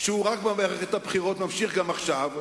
שהוא רק במערכת הבחירות, ממשיך גם עכשיו.